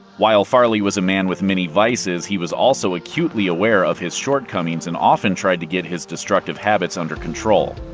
while farley was a man with many vices, he was also acutely aware of his shortcomings and often tried to get his destructive habits under control.